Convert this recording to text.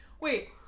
Wait